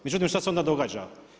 Međutim, šta se onda događa.